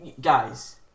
guys